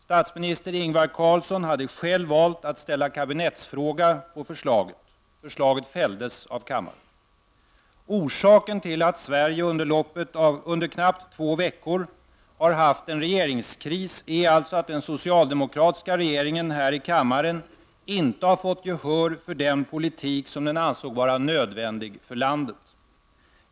Statsminister Ingvar Carlsson hade själv valt att ställa kabinettsfråga på förslaget. Förslaget fälldes av kammaren. Orsaken till att Sverige under knappt två veckor har haft en regeringskris är alltså att den socialdemokratiska regeringen här i kammaren inte har fått gehör för den politik som den ansåg vara nödvändig för landet.